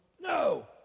no